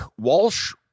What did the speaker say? Walsh